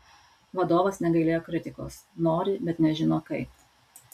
vadovas negailėjo kritikos nori bet nežino kaip